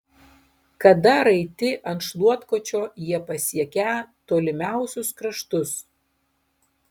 kada raiti ant šluotkočio jie pasiekią tolimiausius kraštus